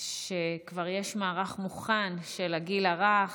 שכבר יש מערך מוכן של הגיל הרך,